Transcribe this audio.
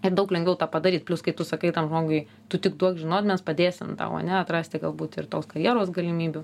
ir daug lengviau tą padaryt plius kai tu sakai tam žmogui tu tik duok žinot mes padėsim tau ane atrasti galbūt ir tos karjeros galimybių